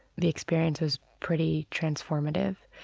the experience was pretty transformative.